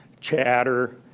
chatter